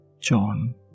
John